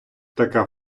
така